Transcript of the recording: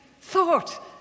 thought